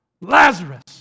Lazarus